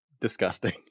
disgusting